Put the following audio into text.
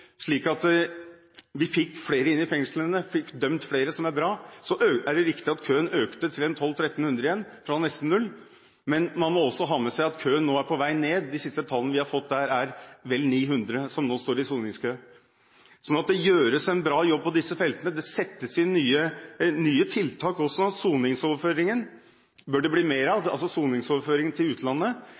slik at vi fikk flere inn i fengslene, fikk dømt flere, noe som er bra. Så er det riktig at køen økte til 1 200 –1 300 fra nesten null. Men man må også ha med seg at køen nå er på vei ned. Ifølge de siste tallene vi har fått, er det vel 900 som nå står i soningskø. Så det gjøres en bra jobb på disse feltene. Det settes inn nye tiltak også. Soningsoverføringer til utlandet bør det bli flere av.